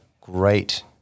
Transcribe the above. great